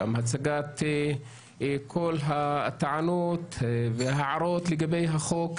גם את כל הטענות וההערות לגבי החוק.